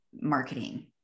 marketing